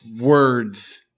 words